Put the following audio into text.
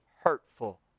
hurtful